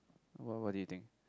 what what do you think